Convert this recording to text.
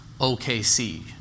OKC